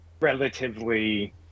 relatively